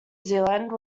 zealand